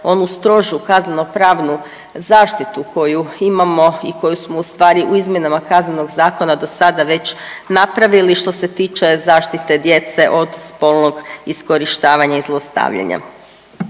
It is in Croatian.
onu strožu kazneno-pravnu zaštitu koju imamo i koju smo u stvari u izmjenama Kaznenog zakona dosada već napravili što se tiče zaštite djece od spolnog iskorištavanja i zlostavljanja.